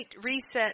reset